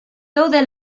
gaude